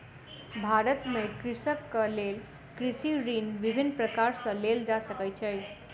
भारत में कृषकक लेल कृषि ऋण विभिन्न प्रकार सॅ लेल जा सकै छै